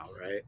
right